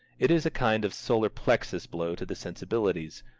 it is a kind of solar plexus blow to the sensibilities,